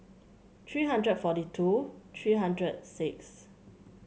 three hundred forty two three hundred six